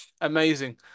amazing